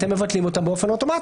אתם מבטלים אותם באופן אוטומטי?